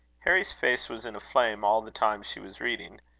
harry's face was in a flame all the time she was reading.